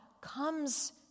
comes